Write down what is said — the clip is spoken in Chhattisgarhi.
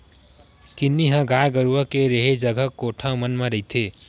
किन्नी ह गाय गरुवा के रेहे जगा कोठा मन म रहिथे